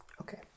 Okay